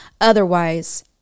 otherwise